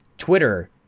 twitter